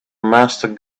master